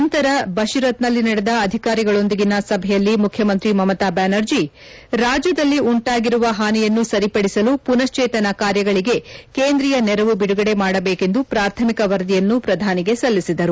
ನಂತರ ಬಷಿರತ್ನಲ್ಲಿ ನಡೆದ ಅಧಿಕಾರಿಗಳೊಂದಿಗಿನ ಸಭೆಯಲ್ಲಿ ಮುಖ್ಯಮಂತ್ರಿ ಮಮತಾ ಬ್ಲಾನರ್ಜಿ ರಾಜ್ಯದಲ್ಲಿ ಉಂಟಾಗಿರುವ ಹಾನಿಯನ್ನು ಸರಿಪಡಿಸಲು ಮನಶ್ಲೇತನ ಕಾರ್ಯಗಳಿಗೆ ಕೇಂದ್ರೀಯ ನೆರವು ಬಿಡುಗಡೆ ಮಾಡಬೇಕೆಂದು ಪ್ರಾಥಮಿಕ ವರದಿಯನ್ನು ಪ್ರಧಾನಿಗೆ ಸಲ್ಲಿಸಿದರು